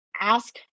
ask